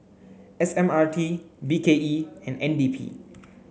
S M R T B K E and N D P